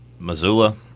Missoula